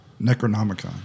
Necronomicon